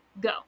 go